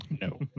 No